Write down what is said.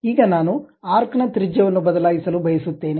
ಈಗ ನಾನು ಆರ್ಕ್ ನ ತ್ರಿಜ್ಯವನ್ನು ಬದಲಾಯಿಸಲು ಬಯಸುತ್ತೇನೆ